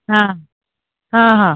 हां हां हां